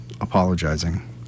apologizing